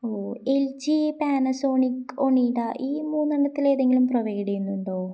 ഓ L G Panasonic Onida ഈ മൂന്നെണ്ണത്തിൽ ഏതെങ്കിലും പ്രൊവൈഡ് ചെയ്യുന്നുണ്ടോ